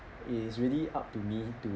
it's really up to me to